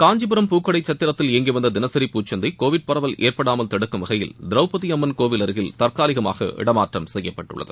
காஞ்சிபுரம் பூக்கடை சத்திரத்தில் இயங்கிவந்த தினசரி பூச்சந்தை கோவிட் பரவல் ஏற்படாமல் தடுக்கும் வகையில் திரௌபதி அம்மன் கோயில் அருகில் தற்காலிகமாக இடமாற்றம் செய்யப்பட்டுள்ளது